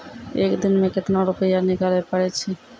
एक दिन मे केतना रुपैया निकाले पारै छी?